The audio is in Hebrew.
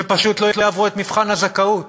שפשוט לא יעברו את מבחן הזכאות.